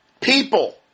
people